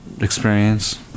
experience